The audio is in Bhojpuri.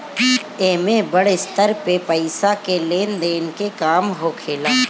एमे बड़ स्तर पे पईसा के लेन देन के काम होखेला